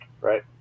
right